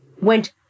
went